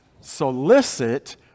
solicit